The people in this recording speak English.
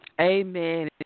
Amen